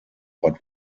but